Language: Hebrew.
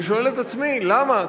אני שואל את עצמי למה,